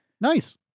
Nice